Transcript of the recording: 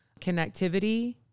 connectivity